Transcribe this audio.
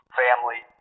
family